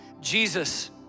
Jesus